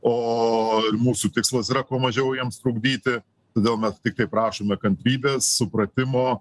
o ir mūsų tikslas yra kuo mažiau jiems trukdyti todėl mes tiktai prašome kantrybės supratimo